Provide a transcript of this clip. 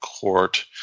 court